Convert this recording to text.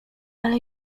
ale